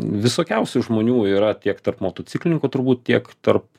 visokiausių žmonių yra tiek tarp motociklininkų turbūt tiek tarp